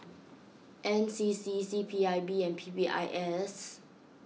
N C C C P I B and P P I S